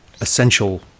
essential